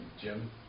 Jim